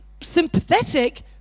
sympathetic